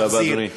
תודה רבה, אדוני.